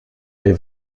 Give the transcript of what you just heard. les